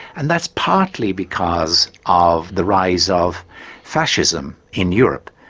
and that's partly because of the rise of fascism in europe,